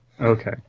Okay